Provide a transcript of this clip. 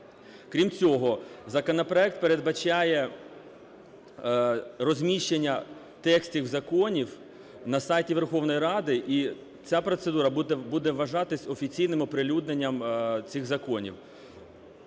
Крім цього законопроект передбачає розміщення текстів законів на сайті Верховної Ради, і ця процедура буде вважатися офіційним оприлюдненням цих законів.